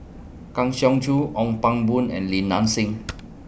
Kang Siong Joo Ong Pang Boon and Li Nanxing